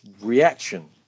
reaction